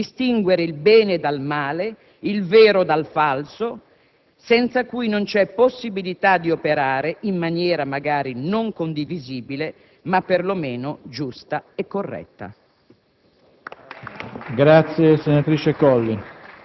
ma la capacità e la volontà di distinguere il bene dal male, il vero dal falso, senza cui non c'è possibilità di operare, in maniera magari non condivisibile, ma perlomeno giusta e corretta.